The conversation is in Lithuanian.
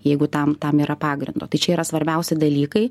jeigu tam tam yra pagrindo tai čia yra svarbiausi dalykai